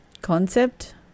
concept